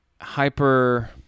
hyper